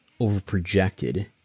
overprojected